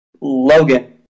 Logan